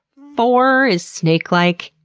four is snake like.